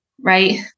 right